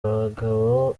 abagabo